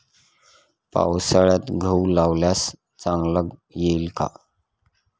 पावसाळ्यात गहू लावल्यास चांगला येईल का?